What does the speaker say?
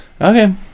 Okay